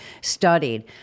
studied